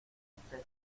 estés